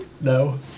No